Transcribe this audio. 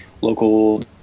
local